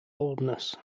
baldness